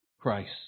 Christ